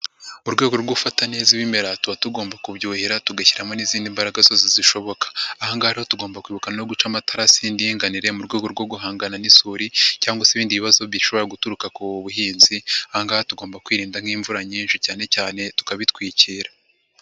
Mu rwego rwo gufata neza ibimera, tuba tugomba kubyuhira, tugashyiramo n'izindi mbaraga zose zishoboka, aha ngaha tugomba kwibuka no guca amatarasi y'indinganire mu rwego rwo guhangana n'isuri cyangwa se ibindi bibazo bishobora guturuka ku buhinzi, aha ngaha tugomba kwirinda nk'imvura nyinshi cyane cyane tukabitwikira.